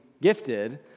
gifted